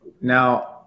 now